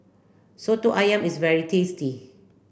Soto Ayam is very tasty